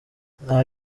nta